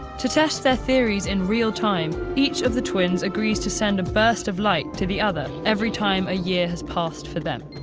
to test their theories in real-time, each of the twins agrees to send a burst of light to the other every time a year has passed for them.